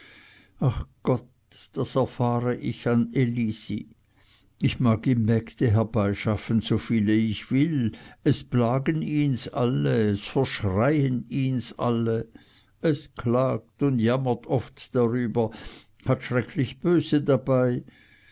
ach gott das erfahre ich an elisi ich mag ihm mägde herbeischaffen so viele ich will es plagen ihns alle es verschreien ihns alle es klagt und jammert oft darüber hat schrecklich böse dabei